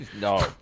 No